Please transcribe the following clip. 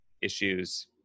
issues